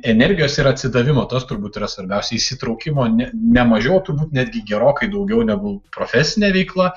energijos ir atsidavimo tas turbūt yra svarbiausia įsitraukimo ne nemažiau turbūt netgi gerokai daugiau negu profesinė veikla